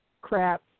crap